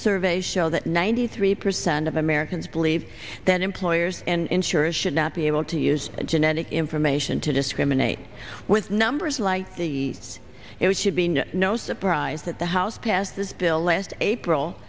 surveys show that ninety three percent of americans believe that employers and insurers should not be able to use genetic information to discriminate with numbers like these it should be no no surprise that the house passed this bill last april